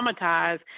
traumatized